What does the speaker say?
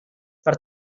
per